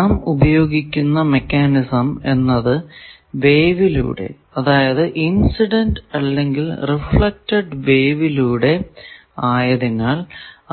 നാം ഉപയോഗിക്കുന്ന മെക്കാനിസം വേവിലൂടെ അതായത് ഇൻസിഡന്റ് അല്ലെങ്കിൽ റിഫ്ലെക്ടഡ് വേവിലൂടെ ആയതിനാൽ